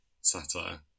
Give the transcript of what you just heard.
satire